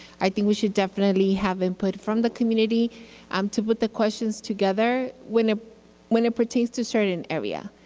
i think we should definitely have input from the community um to put the questions together when ah when it pertains to a certain area.